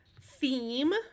theme